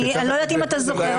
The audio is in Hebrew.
אני לא יודעת אם אתה זוכר,